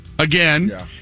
Again